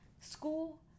school